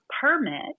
permit